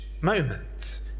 moment